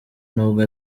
nubwo